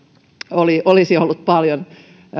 olisi ollut paljon